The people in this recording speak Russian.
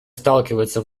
сталкивается